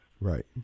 Right